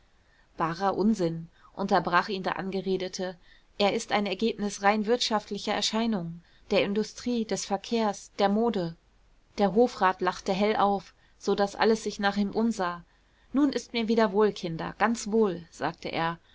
barer unsinn unterbrach ihn der angeredete er ist ein ergebnis rein wirtschaftlicher erscheinungen der industrie des verkehrs der mode der hofrat lachte hell auf so daß alles sich nach ihm umsah nun ist mir wieder wohl kinder ganz wohl sagte er